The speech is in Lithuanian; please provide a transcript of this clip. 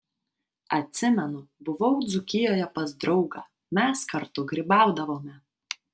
atsimenu buvau dzūkijoje pas draugą mes kartu grybaudavome